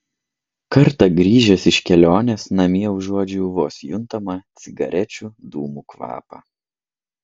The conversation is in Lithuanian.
kartą grįžęs iš kelionės namie užuodžiau vos juntamą cigarečių dūmų kvapą